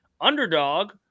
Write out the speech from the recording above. Underdog